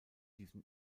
diesen